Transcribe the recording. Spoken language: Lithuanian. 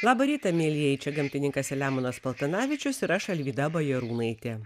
labą rytą mielieji čia gamtininkas selemonas paltanavičius ir aš alvyda bajarūnaitė